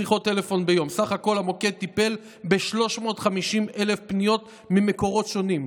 סך הכול המוקד טיפל ב-350,000 פניות ממקורות שונים.